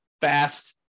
fast